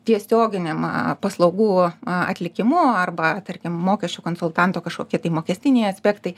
tiesioginėm paslaugų a atlikimu arba tarkim mokesčių konsultanto kažkokie tai mokestiniai aspektai